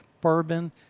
bourbon